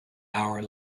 our